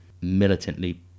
militantly